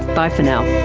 bye for now